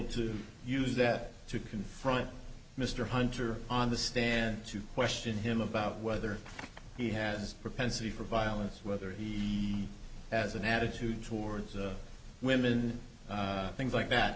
to use that to confront mr hunter on the stand to question him about whether he has propensity for violence whether he has an attitude towards women things like that